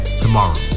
tomorrow